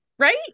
right